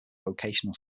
vocational